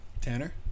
Tanner